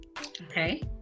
Okay